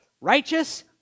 righteous